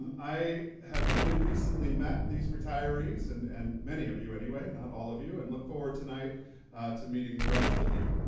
i have only recently met these retirees and and many of you anyway not all of you and look forward tonight to meeting the rest of you.